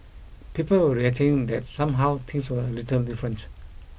people were reacting that somehow things were a little different